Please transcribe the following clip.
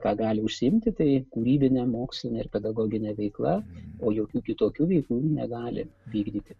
ką gali užsiimti tai kūrybine moksline ir pedagogine veikla o jokių kitokių veiklų negali vykdyti